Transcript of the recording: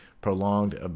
prolonged